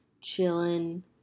chilling